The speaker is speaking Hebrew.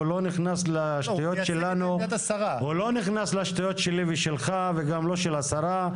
הוא לא נכנס לשטויות שלי ושלך וגם לא של השרה.